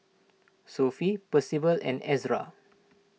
Sophie Percival and Ezra